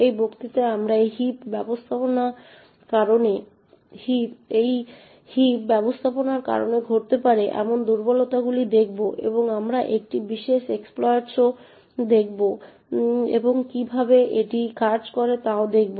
এই বক্তৃতায় আমরা এই হিপ ব্যবস্থাপনার কারণে ঘটতে পারে এমন দুর্বলতাগুলি দেখব এবং আমরা একটি বিশেষ এক্সপ্লইটসও দেখব এবং এটি কীভাবে কাজ করে তা দেখব